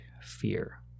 fear